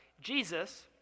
Jesus